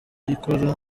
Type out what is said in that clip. ikora